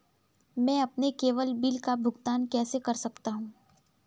मैं अपने केवल बिल का भुगतान कैसे कर सकता हूँ?